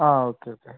ആ okay okay